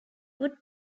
would